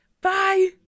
bye